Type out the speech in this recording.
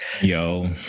Yo